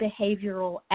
behavioral